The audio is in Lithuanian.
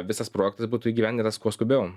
visas projektas būtų įgyvendytas kuo skubiau